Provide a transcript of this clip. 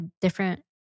different